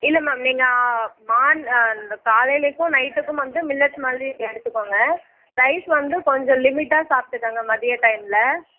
இல்லை மேம் நீங்கள் காலையிலைக்கும் நைட்டுக்கும் வந்து மில்லட்ஸ் மாதிரி எடுத்துக்கோங்க ரைஸ் வந்து கொஞ்சம் லிமிட்டாக சாப்பிட்டுக்கங்க மதிய டைமில்